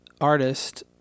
artist